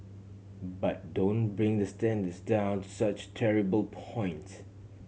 but don't bring the standards down to such terrible points